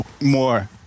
more